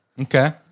Okay